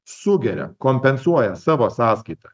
sugeria kompensuoja savo sąskaita